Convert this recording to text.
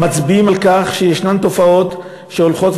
מצביעים על כך שישנן תופעות שהולכות